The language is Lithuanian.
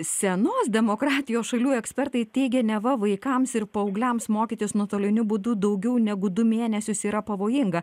senos demokratijos šalių ekspertai teigia neva vaikams ir paaugliams mokytis nuotoliniu būdu daugiau negu du mėnesius yra pavojinga